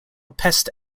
pest